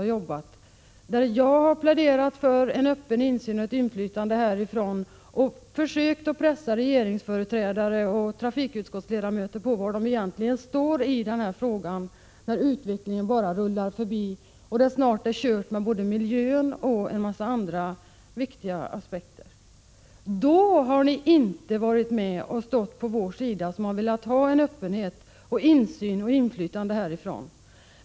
Jag har också tidigare pläderat för en öppen insyn och ett inflytande från riksdagens sida och försökt pressa regeringsföreträdare och trafikutskottsledamöter för att få veta var de egentligen står i den här frågan, när utvecklingen bara rullar förbi och det snart är ”kört” både när det gäller att rädda miljön och när man vill anlägga en mängd andra viktiga aspekter på detta. Då, när vi velat ha en öppenhet som ger möjlighet till insyn och inflytande från riksdagen, har ni inte stått på vår sida.